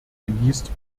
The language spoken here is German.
genießt